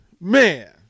man